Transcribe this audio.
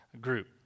group